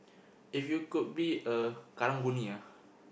if you could be a Karang-Guni ah